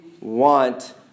want